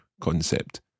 concept